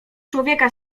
człowieka